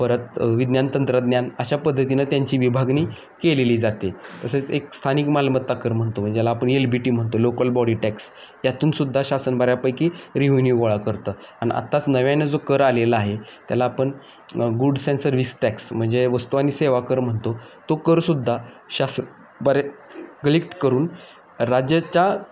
परत विज्ञान तंत्रज्ञान अशा पद्धतीनं त्यांची विभागणी केलेली जाते तसेच एक स्थानिक मालमत्ता कर म्हणतो म्हणजे आपण एल बी टी म्हणतो लोकल बॉडी टॅक्स यातूनसुद्धा शासन बऱ्यापैकी रिव्युन्यू गोळा करतं आणि आत्ताच नव्यानं जो कर आलेला आहे त्याला आपण गुड्स अँड सर्विस टॅक्स म्हणजे वस्तू आणि सेवा कर म्हणतो तो करसुद्धा शासन बरे कलेक्ट करून राज्याच्या